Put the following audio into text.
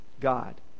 God